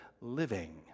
living